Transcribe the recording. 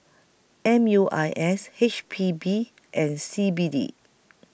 M U I S H P B and C B D